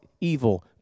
evil